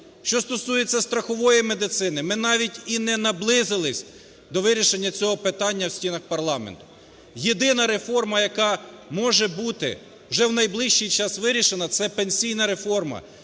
Що стосується страхової медицини. Ми навіть і не наблизились до вирішення цього питання в стінах парламенту. Єдина реформа, яка може бути вже в найближчий час вирішена, – це пенсійна реформа,